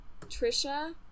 Trisha